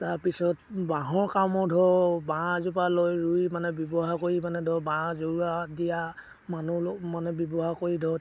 তাৰপিছত বাঁহৰ কামো ধৰ বাঁহ এজোপা লৈ ৰুই মানে ব্যৱহাৰ কৰি মানে ধৰ বাঁহ জৰোৱা দিয়া মানুহ মানে ব্যৱহাৰ কৰি ধৰ